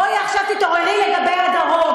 בואי תתעוררי עכשיו לגבי הדרום.